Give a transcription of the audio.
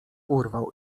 urwał